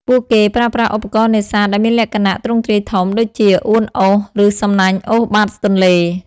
ពួកគេប្រើប្រាស់ឧបករណ៍នេសាទដែលមានលក្ខណៈ ទ្រង់ទ្រាយធំ ដូចជា អួនអូស ឬសំណាញ់អូសបាតទន្លេ។